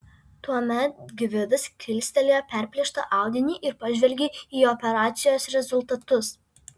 tuomet gvidas kilstelėjo perplėštą audinį ir pažvelgė į operacijos rezultatus